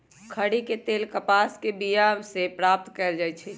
खरि के तेल कपास के बिया से प्राप्त कएल जाइ छइ